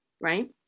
right